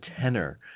tenor